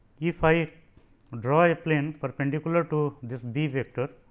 if i draw a plane perpendicular to this b vector.